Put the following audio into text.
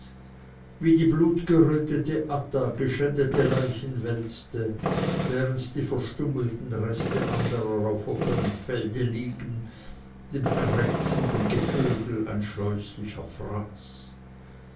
wie die blutgerötete adda geschändete leichen wälzte während die verstümmelten reste anderer auf offenem felde liegen dem krächzenden gevögel ein scheußlicher fraß